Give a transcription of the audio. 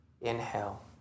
inhale